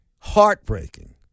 Heartbreaking